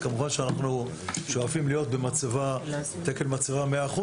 כמובן שאנחנו שואפים להיות בתקן מצבה 100%,